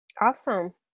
Awesome